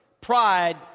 Pride